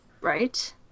Right